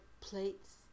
plates